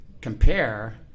compare